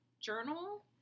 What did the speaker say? journal